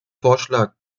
vorschlag